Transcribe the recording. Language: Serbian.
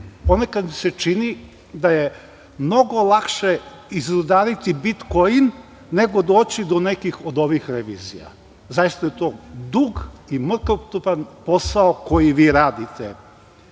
Ponekad se čini da je mnogo lakše izrudariti bitkoin, nego doći do neke od ovih revizija. Zaista je to dug i mukotrpan posao koji vi radite.Zašto